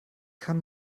kann